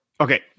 Okay